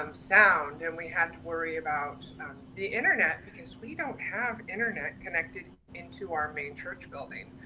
um sound and we had to worry about the internet because we don't have internet connected into our main church building.